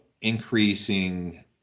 increasing